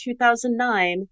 2009